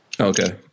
Okay